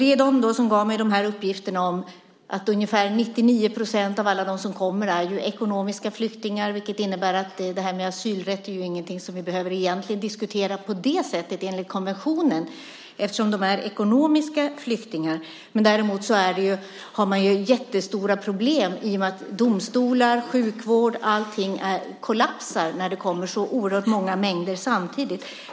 Det var de som gav mig uppgiften om att ungefär 99 % av dem som kommer är ekonomiska flyktingar, vilket innebär att asylrätt enligt konventionen egentligen inte är någonting som vi behöver diskutera. Däremot har man jättestora problem i och med att domstolar, sjukvård och allting kollapsar när det kommer så oerhört stora mängder samtidigt.